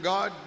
God